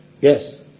Yes